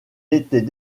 était